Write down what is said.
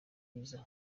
ryiza